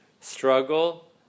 Struggle